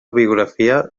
biografia